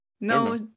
no